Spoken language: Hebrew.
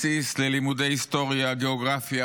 בסיס ללימודי היסטוריה,